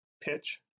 pitch